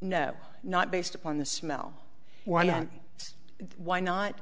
no not based upon the smell why not why not